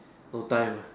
no time ah